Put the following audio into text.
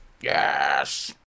Yes